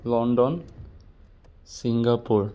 London Singapore